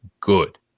good